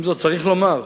עם זאת, צריך לומר,